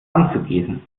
anzugießen